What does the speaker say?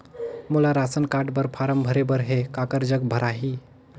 मोला ration card बर form भरे बर हे काकर जग भराही?